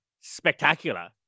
spectacular